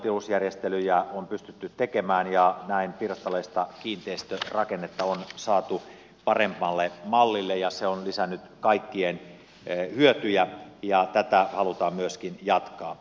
tilusjärjestelyjä on pystytty tekemään ja näin pirstaleista kiinteistörakennetta on saatu paremmalle mallille ja se on lisännyt kaikkien hyötyjä ja tätä halutaan myöskin jatkaa